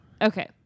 Okay